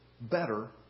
better